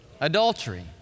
Adultery